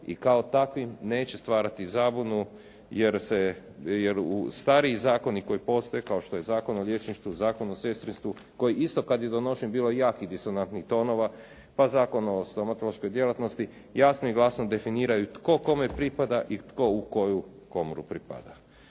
i kao takvim neće stvarati zabunu jer se, jer stariji zakoni koji postoje kao što je Zakon o liječništvu, Zakon o sestrinstvu koji isto kad je donošen bilo je jakih disonantnih tonova, pa Zakon o stomatološkoj djelatnosti jasno i glasno definiraju tko kome pripada i tko u koju komoru pripada.